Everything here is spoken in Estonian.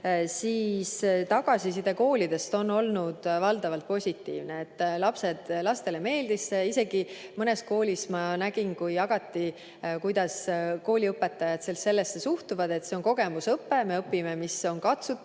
siis tagasiside koolidest on olnud valdavalt positiivne. Lastele meeldis see. Isegi mõnes koolis ma nägin, kuidas neid jagati, kuidas õpetajaid sellesse suhtuvad: see on kogemusõpe, me õpime, mis on test,